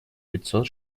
пятьсот